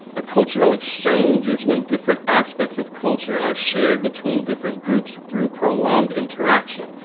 a cultural exchange is when different aspects of culture are shared between different groups through prolonged interaction,